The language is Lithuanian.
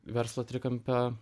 verslo trikampio